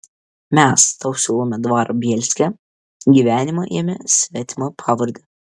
mes tau siūlome dvarą bielske gyvenimą jame svetima pavarde